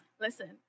listen